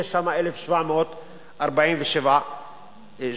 יש שם 1,747 שגיאות.